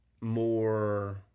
more